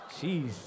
Jeez